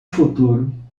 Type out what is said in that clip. futuro